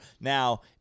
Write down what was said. Now